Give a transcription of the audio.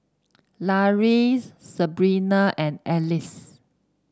Lauri Sabrina and Alcie